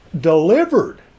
delivered